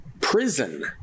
prison